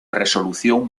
resolución